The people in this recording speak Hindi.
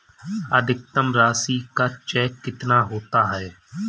अधिकतम राशि का चेक कितना होता है?